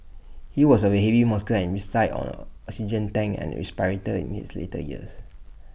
he was A very heavy smoker and reside on an oxygen tank and respirator in his later years